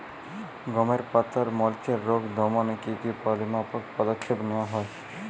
গমের পাতার মরিচের রোগ দমনে কি কি পরিমাপক পদক্ষেপ নেওয়া হয়?